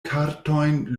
kartojn